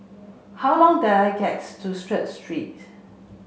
how long the I gets to Strength Street